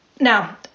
Now